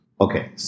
Okay